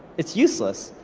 it's useless,